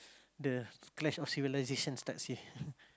the clash of civilisation starts here